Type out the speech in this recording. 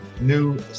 new